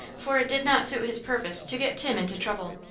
for it did not suit his purpose to get tim into trouble.